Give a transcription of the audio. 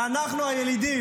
ואנחנו הילידים.